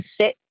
sit